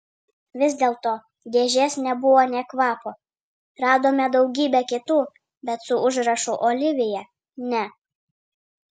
vis dėlto dėžės nebuvo nė kvapo radome daugybę kitų bet su užrašu olivija ne